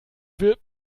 wird